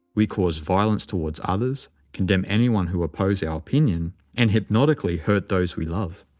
we cause violence toward others, condemn anyone who opposes our opinion, and hypnotically hurt those we love.